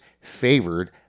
favored